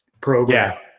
program